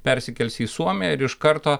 persikelsi į suomiją ir iš karto